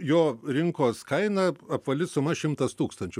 jo rinkos kaina apvali suma šimtas tūkstančių